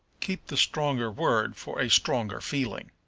keep the stronger word for a stronger feeling.